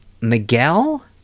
Miguel